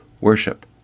Worship